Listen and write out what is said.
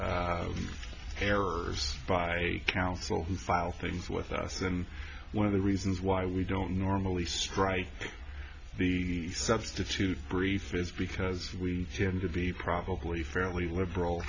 to errors by counsel who file things with us and one of the reasons why we don't normally strike the substitute brief is because we tend to be probably fairly liberal